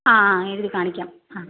ആ എഴുതി കാണിക്കാം ആ